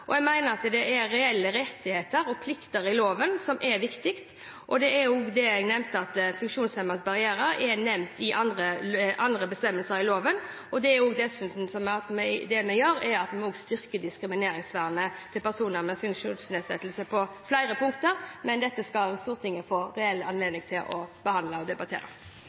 og jeg mener at det er reelle rettigheter og plikter i loven som er viktig. Det var også det jeg nevnte, at funksjonshemmedes barrierer er nevnt i andre bestemmelser i loven. Det vi dessuten må gjøre, er å styrke diskrimineringsvernet til personer med funksjonsnedsettelser på flere punkter, men dette skal Stortinget få reell anledning til å behandle og